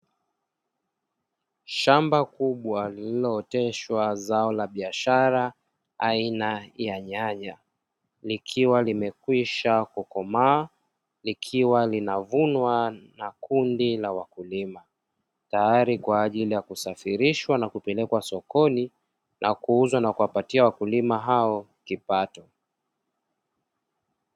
Shamba kubwa lililooteshwa zao la biashara aina ya nyanya likiwa limekwisha kukomaa, likiwa linavunwa na kundi la wakulima tayari kwa ajili ya kusafirishwa na kupelekwa sokoni na kuuzwa na kuwapatia wakulima hao kipato.